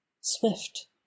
Swift